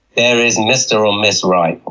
there is mr. or ms. right.